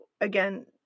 again